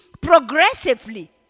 progressively